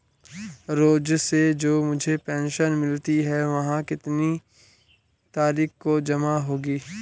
रोज़ से जो मुझे पेंशन मिलती है वह कितनी तारीख को जमा होगी?